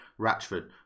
Ratchford